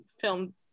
filmed